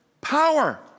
power